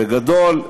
בגדול,